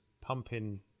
pumping